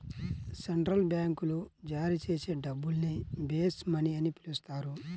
central బ్యాంకులు జారీ చేసే డబ్బుల్ని బేస్ మనీ అని పిలుస్తారు